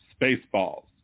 Spaceballs